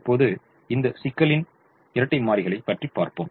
இப்போது இந்த சிக்கலின் இரட்டைமாறிகளை பற்றி பார்ப்போம்